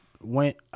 went